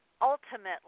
ultimately